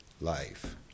life